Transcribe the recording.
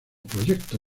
proyecto